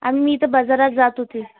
आणि मी तर बाजारात जात होती